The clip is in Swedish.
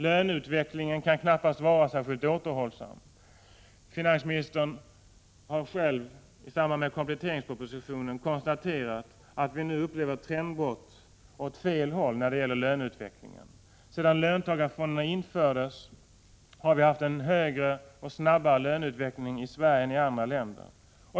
Löneutvecklingen är knappast särskilt återhållsam. Finansministern har själv i samband med kompletteringspropositionen konstaterat att vi nu upplever ett trendbrott åt fel håll så att säga, när det gäller löneutvecklingen. Sedan löntagarfonderna infördes har vi haft en snabbare löneutveckling i Sverige än i andra länder.